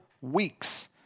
weeks